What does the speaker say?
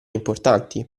importanti